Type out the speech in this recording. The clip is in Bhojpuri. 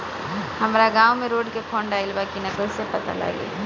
हमरा गांव मे रोड के फन्ड आइल बा कि ना कैसे पता लागि?